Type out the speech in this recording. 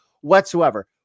whatsoever